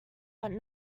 but